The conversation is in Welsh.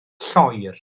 lloer